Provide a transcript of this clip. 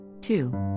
Two